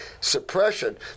suppression